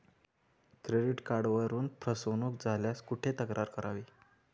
Credit कार्डवरून फसवणूक झाल्यास कुठे तक्रार करावी?